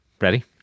ready